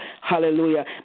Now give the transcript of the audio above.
Hallelujah